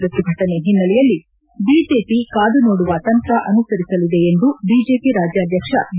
ಪ್ರತಿಭಟನೆ ಹಿನ್ನೆಲೆಯಲ್ಲಿ ಬಿಜೆಪಿ ಕಾದುನೋಡುವ ತಂತ್ರ ಅನುಸರಿಸಲಿದೆ ಎಂದು ಬಿಜೆಪಿ ರಾಜ್ಯಾದ್ಯಕ್ಷ ಬಿ